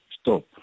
stop